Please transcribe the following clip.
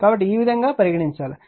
కాబట్టి ఈ విధంగా పరిగణించాలి